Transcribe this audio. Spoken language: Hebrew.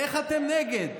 איך אתם נגד?